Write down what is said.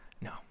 No